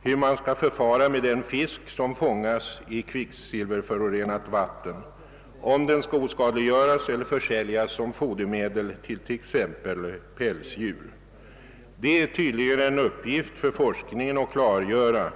hur man skall förfara med den fisk som fångas i kvicksilverförorenat vatten, om den skall oskadliggöras eller försäljas som fodermedel till t.ex. pälsdjur. Det är tydligen en uppgift för forskningen att klargöra.